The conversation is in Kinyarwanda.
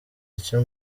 icyo